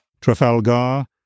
Trafalgar